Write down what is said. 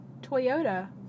Toyota